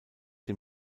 dem